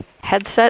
headset